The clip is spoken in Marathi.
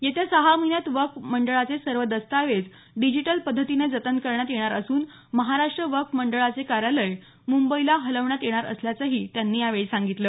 येत्या सहा महिन्यात वक्फ मंडळाचे सर्व दस्तावेज डिजिटल पद्धतीने जतन करण्यात येणार असून महाराष्ट्र वक्फ मंडळाचे कार्यालय मुंबईला हलवण्यात येणार असल्याचंही त्यांनी सांगितलं